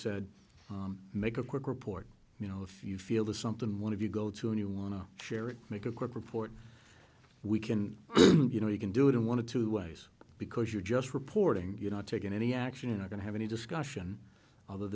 said make a quick report you know if you feel this something one of you go to and you want to share it make a quick report we can you know you can do it in one of two ways because you're just reporting you're not taking any action or going to have any discussion other